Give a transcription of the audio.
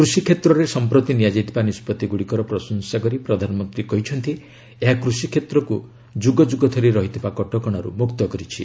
କୃଷିକ୍ଷେତ୍ରରେ ସଂପ୍ରତି ନିଆଯାଇଥିବା ନିଷ୍ପଭିଗୁଡ଼ିକର ପ୍ରଶଂସା କରି ପ୍ରଧାନମନ୍ତ୍ରୀ କହିଛନ୍ତି ଏହା କୃଷିକ୍ଷେତ୍ରକୁ ଯୁଗଯୁଗ ଧରି ରହିଥିବା କଟକଣାରୁ ମୁକ୍ତ କରିଛି